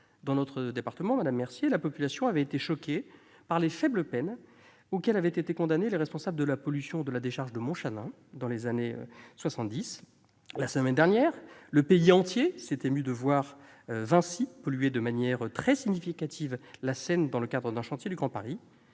Dans notre département, madame Mercier, la population avait été choquée par les faibles peines auxquelles avaient été condamnés les responsables de la pollution de la décharge de Montchanin, dont les origines remontent à 1979. La semaine dernière, le pays entier s'est ému de voir Vinci polluer de manière très significative la Seine dans le cadre d'un chantier du Grand Paris.